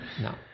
no